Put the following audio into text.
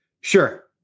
Sure